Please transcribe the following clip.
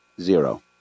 Zero